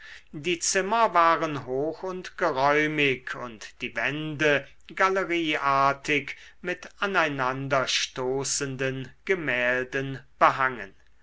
die zimmer waren hoch und geräumig und die wände galerieartig mit aneinanderstoßenden gemälden behangen